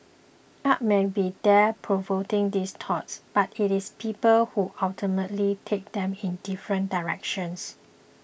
art may be there provoking these thoughts but it is people who ultimately take them in different directions